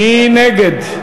מי נגד?